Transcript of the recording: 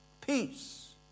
peace